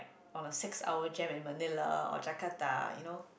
on a six hour jam in Manilla or Jakarta you know